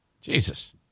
Jesus